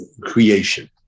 creation